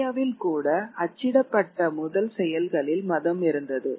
இந்தியாவில் கூட அச்சிடப்பட்ட முதல் செயல்களில் மதம் இருந்தது